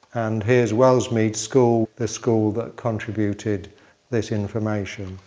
and here is wellsmead school, the school that contributed this information.